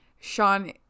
Sean